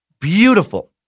Beautiful